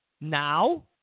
now